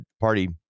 party